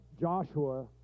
Joshua